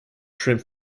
shrimp